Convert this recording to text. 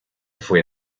fue